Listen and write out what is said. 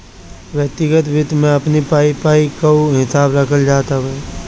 व्यक्तिगत वित्त में अपनी पाई पाई कअ हिसाब रखल जात हवे